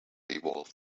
evolved